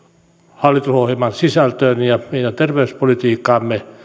hallitusohjelman sisältöön ja meidän terveyspolitiikkaamme